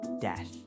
death